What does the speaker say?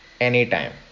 anytime